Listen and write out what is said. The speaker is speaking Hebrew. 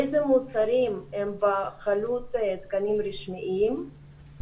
איזה מוצרים הם באחריות תקנים רשמיים,